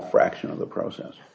fraction of the pro